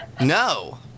No